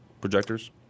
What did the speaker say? projectors